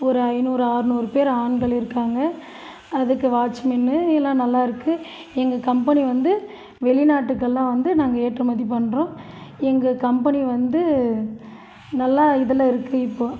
ஒரு ஐந்நூறு ஆறுநூறு பேர் ஆண்கள் இருக்காங்க அதுக்கு வாட்ச்மேன்னு எல்லாம் நல்லாருக்கு எங்கள் கம்பெனி வந்து வெளிநாட்டுக்கு எல்லாம் வந்து நாங்கள் ஏற்றுமதி பண்ணுறோம் எங்கள் கம்பெனி வந்து நல்லா இதில் இருக்கு இப்போ